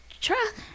truck